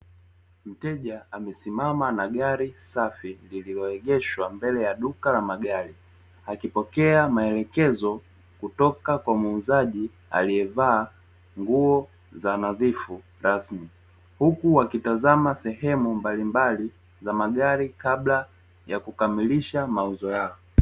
Mteja amesimama na gari safi akipokea maelekezo kutoka kwa mnunuzi